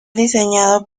diseñado